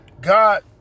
God